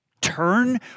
turn